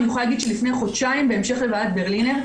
אני יכולה להגיד שלפני חודשיים בהמשך לוועדת ברלינר,